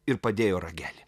ir padėjo ragelį